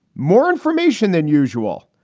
more information than usual.